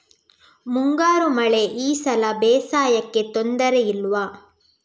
ಮುಂಗಾರು ಮಳೆ ಈ ಸಲ ಬೇಸಾಯಕ್ಕೆ ತೊಂದರೆ ಇಲ್ವ?